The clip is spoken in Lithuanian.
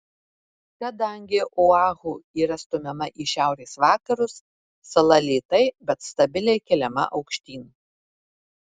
kadangi oahu yra stumiama į šiaurės vakarus sala lėtai bet stabiliai keliama aukštyn